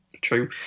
True